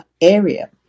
area